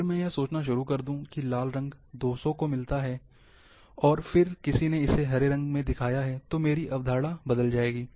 अगर मैं यह सोचना शुरू कर दूं कि लाल रंग 200 को मिलता है और फिर किसी ने इसे हरे रंग से दिखाया है तो मेरी अवधारणा बदल जाएगी